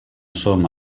som